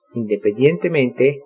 independientemente